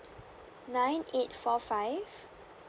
nine eight four five